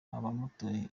abamutoye